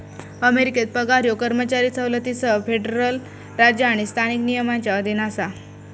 अमेरिकेत पगार ह्यो कर्मचारी सवलतींसह फेडरल राज्य आणि स्थानिक नियमांच्या अधीन असा